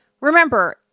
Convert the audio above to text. remember